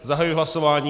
Zahajuji hlasování.